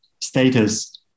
status